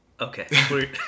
Okay